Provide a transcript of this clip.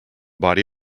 body